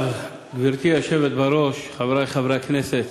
מכובדי השר, גברתי היושבת בראש, חברי חברי הכנסת,